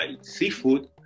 seafood